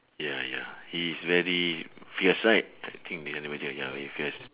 ya ya he is very fierce right I think the honey badger ya very fierce